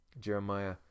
Jeremiah